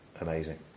amazing